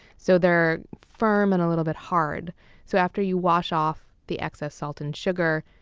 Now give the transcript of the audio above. so, they're firm and a little bit hard so after you wash off the excess salt and sugar,